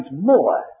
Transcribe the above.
more